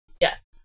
yes